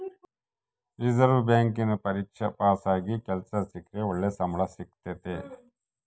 reserve ಬ್ಯಾಂಕಿನ ಪರೀಕ್ಷೆಗ ಪಾಸಾಗಿ ಕೆಲ್ಸ ಸಿಕ್ರ ಒಳ್ಳೆ ಸಂಬಳ ಸಿಕ್ತತತೆ